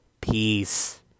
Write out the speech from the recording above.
Peace